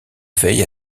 veille